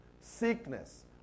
sickness